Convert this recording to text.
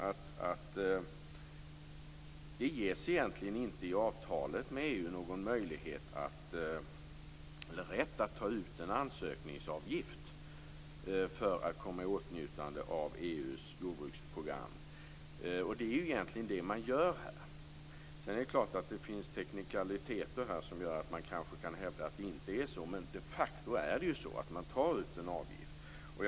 Det ges vidare inte i avtalet med EU någon rätt att ta ut en ansökningsavgift för den som vill komma i åtnjutande av EU:s jordbruksprogram, men det är egentligen det som man gör här. Det finns teknikaliteter som gör att man kanske kan hävda att det inte är så, men man tar de facto ut en avgift.